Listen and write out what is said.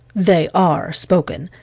they are spoken,